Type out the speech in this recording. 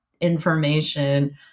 information